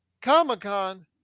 Comic-Con